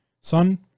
sun